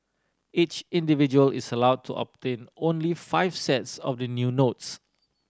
each individual is allowed to obtain only five sets of the new notes